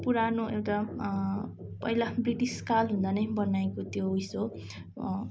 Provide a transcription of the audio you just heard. पुरानो एउटा पहिला ब्रिटिसकाल हुँदा नै बनाएको त्यो उयस हो